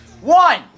One